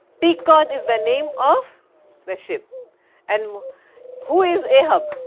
pequod is the name of the ship and who is ahab?